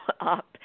up